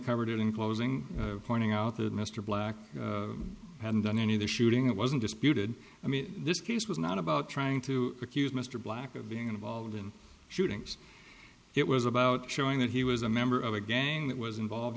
covered it in closing pointing out that mr black hadn't done any of the shooting it wasn't disputed i mean this case was not about trying to accuse mr black of being involved in shootings it was about showing that he was a member of a gang that was involved